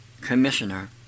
commissioner